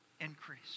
increase